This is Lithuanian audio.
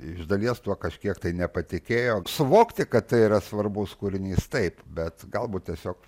iš dalies tuo kažkiek tai nepatikėjo suvokti kad tai yra svarbus kūrinys taip bet galbūt tiesiog